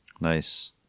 Nice